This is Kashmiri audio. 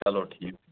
چلو ٹھیٖک